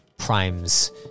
Prime's